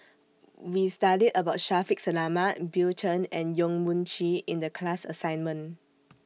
We studied about Shaffiq Selamat Bill Chen and Yong Mun Chee in The class assignment